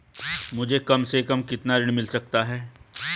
मुझे कम से कम कितना ऋण मिल सकता है?